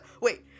wait